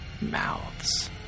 mouths